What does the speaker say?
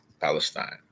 Palestine